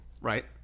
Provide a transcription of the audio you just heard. right